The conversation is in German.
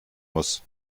muss